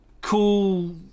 cool